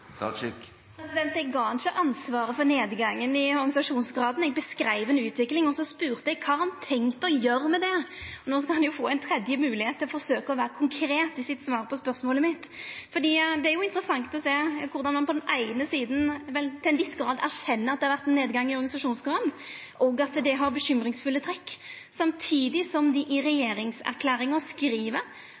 på. Eg gav han ikkje ansvaret for nedgangen i organisasjonsgraden, eg beskreiv ei utvikling, og så spurde eg kva han har tenkt å gjera med det. No skal han få ei tredje moglegheit til å forsøkja å vera konkret i svaret på spørsmålet mitt. Det er interessant å sjå korleis han på den eine sida til ein viss grad erkjenner at det har vore ein nedgang i organisasjonsgraden, og at det har bekymringsfulle trekk, samtidig som dei i regjeringserklæringa skriv: